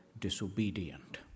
disobedient